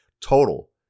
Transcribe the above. Total